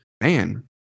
Man